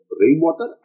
rainwater